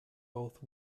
both